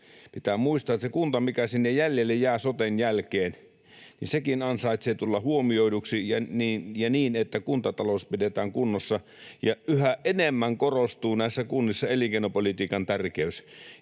Pitää muistaa, että sekin kunta, mikä sinne jäljelle jää soten jälkeen, ansaitsee tulla huomioiduksi, ja niin että kuntatalous pidetään kunnossa. Yhä enemmän korostuu näissä kunnissa elinkeinopolitiikan tärkeys,